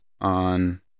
on